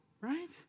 Right